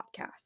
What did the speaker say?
podcast